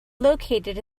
located